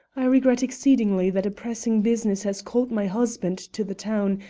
i regret exceedingly that a pressing business has called my husband to the town,